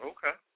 Okay